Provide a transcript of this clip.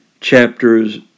chapters